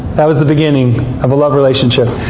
that was the beginning of a love relationship.